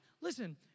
listen